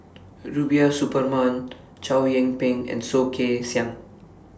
Rubiah Suparman Chow Yian Ping and Soh Kay Siang